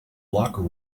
locker